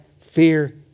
fear